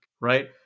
right